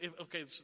okay